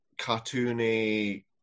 cartoony